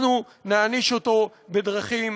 אנחנו נעניש אותו בדרכים